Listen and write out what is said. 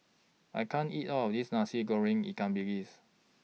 I can't eat All of This Nasi Goreng Ikan Bilis